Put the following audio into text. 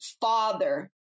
father